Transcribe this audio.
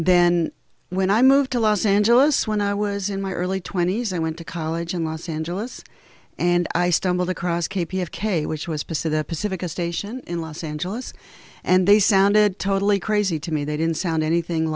then when i moved to los angeles when i was in my early twenty's i went to college in los angeles and i stumbled across k p f k which was pursued the pacifica station in los angeles and they sounded totally crazy to me they didn't sound anything